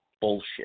bullshit